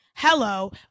Hello